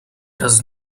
does